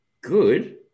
good